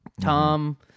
Tom